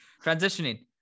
Transitioning